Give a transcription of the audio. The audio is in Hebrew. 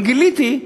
גם גיליתי,